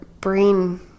brain